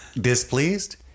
displeased